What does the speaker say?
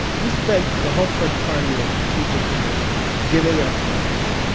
you spent the whole first part of your teaching career giving us lists,